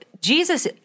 Jesus